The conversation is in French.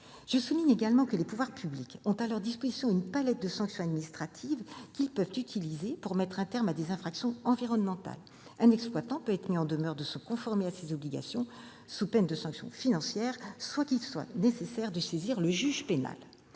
Je souligne également que les pouvoirs publics ont à leur disposition une palette de sanctions administratives qu'ils peuvent utiliser pour mettre un terme à des infractions environnementales : un exploitant peut être mis en demeure de se conformer à ses obligations, sous peine de sanctions financières, sans qu'il soit nécessaire de saisir le juge pénal.